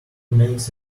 makes